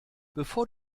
bevor